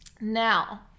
now